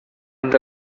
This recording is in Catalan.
tant